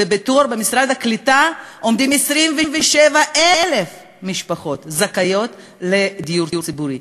ובתור במשרד הקליטה עומדות 27,000 משפחות שזכאיות לדיור ציבורי.